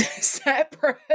separate